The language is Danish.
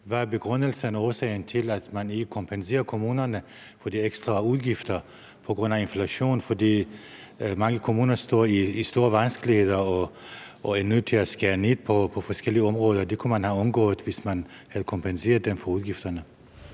Hvad er begrundelsen for og årsagen til, at man ikke kompenserer kommunerne for de ekstra udgifter, de har på grund af inflation? For mange kommuner står i store vanskeligheder og er nødt til at skære ned på forskellige områder. Det kunne man have undgået, hvis man havde kompenseret dem for udgifterne.